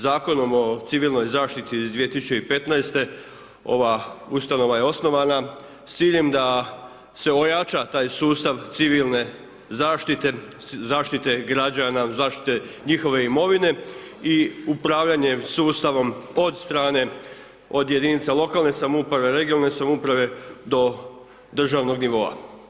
Zakonom o civilnoj zaštiti iz 2015. ova ustanova je osnovana s ciljem da se ojača taj sustav civilne zaštite, zaštite građana, zaštite njihove imovine i upravljanje sustavom od strane od jedinica lokalne samouprave, regionalne samouprave do državnog nivoa.